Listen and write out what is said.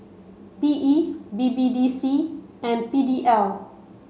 P E B B D C and P D L